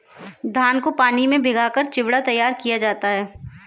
धान को पानी में भिगाकर चिवड़ा तैयार किया जाता है